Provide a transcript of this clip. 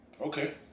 Okay